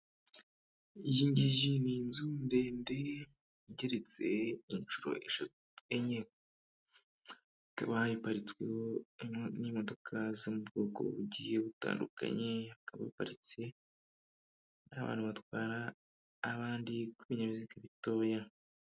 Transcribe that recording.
Iyi ngiyi ni inzu ndende igeretse inshuro eshatu enye ikaba iparitsweho n'imodoka zo mu bwoko bugiye butandukanye abaparitse akaba ari abantu batwara abandi ku binyabiziga bitoya.